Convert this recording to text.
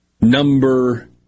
number